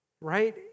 Right